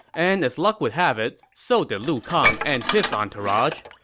and as luck would have it, so did lu kang and his entourage.